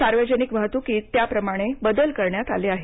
सार्वजनिक वाहतुकीत त्या प्रमाणे बदल करण्यात आले आहेत